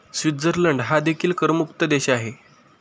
Switzerland हा देखील करमुक्त देश आहे